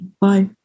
Bye